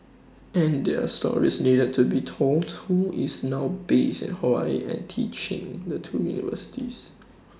and their stories needed to be told who is now based in Hawaii and teaching the two universities